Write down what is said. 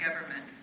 government